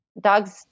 Dog's